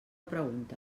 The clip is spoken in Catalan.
pregunta